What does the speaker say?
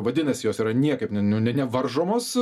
vadinasi jos yra niekaip nu ne nevaržomos